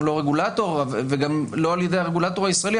לא רגולטור וגם לא על ידי הרגולטור הישראלי.